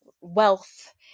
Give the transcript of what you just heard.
wealth